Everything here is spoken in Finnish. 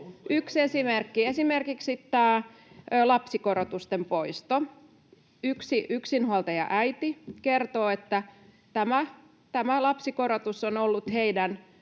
Yksi esimerkki: tämä lapsikorotusten poisto. Yksi yksinhuoltajaäiti kertoo, että tämä lapsikorotus on ollut heidän